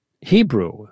Hebrew